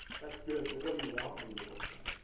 that's good, but what do you want me to work on?